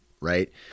right